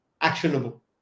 actionable